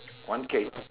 one case